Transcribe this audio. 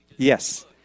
Yes